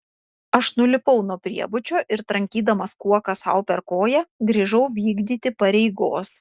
aš nulipau nuo priebučio ir trankydamas kuoka sau per koją grįžau vykdyti pareigos